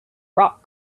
rock